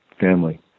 family